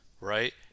right